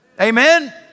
Amen